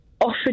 offered